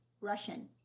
russian